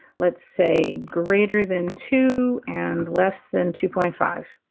let's say, greater than two and less than two point five.